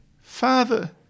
Father